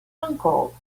uncle